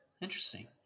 Interesting